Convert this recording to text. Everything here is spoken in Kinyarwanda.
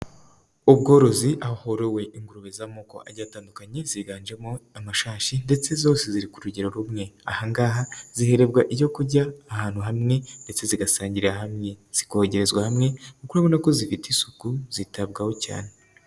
Ubworozi ahorowe ingurube z'amoko agiye atandukanye, ziganjemo amashashi, ndetse zose ziri ku rugero rumwe. Aha ngaha ziherebwa ibyo kurya ahantu hamwe ndetse zigasangirira hamwe, zikogerezwa hamwe, kuko ubona ko zifite isuku, zitabwaho cyane.